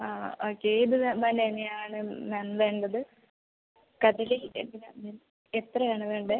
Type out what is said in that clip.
ആ ഓക്കെ ഏത് ബനാന ആണ് മാം വേണ്ടത് കദളി എങ്ങനെയാണ് മീൻസ് എത്രയാണ് വേണ്ടത്